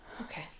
Okay